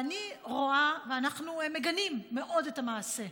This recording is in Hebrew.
ואנחנו מגנים מאוד את המעשה,